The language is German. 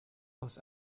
aus